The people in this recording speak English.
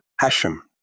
Hashem